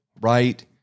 right